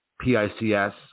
P-I-C-S